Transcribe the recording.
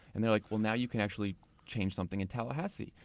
and they're like, well now you can actually change something in tallahassee.